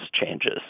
changes